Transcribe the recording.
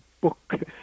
book